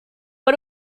but